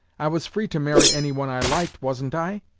i was free to marry anyone i liked, wasn't i?